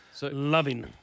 Loving